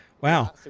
Wow